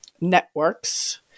networks